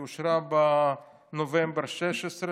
היא אושרה בנובמבר 2016,